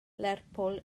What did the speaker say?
lerpwl